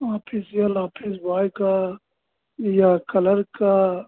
official office boy का या colour का